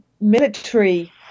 Military